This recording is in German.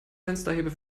fensterheber